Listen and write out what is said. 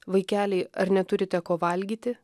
vaikeliai ar neturite ko valgyti